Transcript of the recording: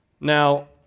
Now